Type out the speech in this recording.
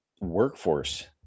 workforce